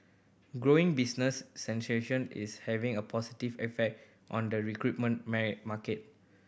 growing business is having a positive effect on the recruitment marry market